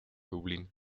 dublín